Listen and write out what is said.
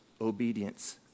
obedience